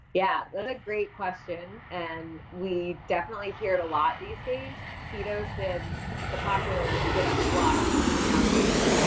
yeah, that is a great question, and we definitely hear it a lot these days. keto has been the popular kid on the block nowadays.